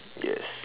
yes